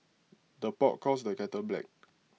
the pot calls the kettle black